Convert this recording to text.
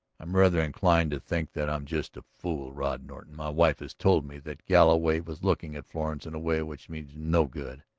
i'm rather inclined to think that i'm just a fool, rod norton. my wife has told me that galloway was looking at florence in a way which meant no good.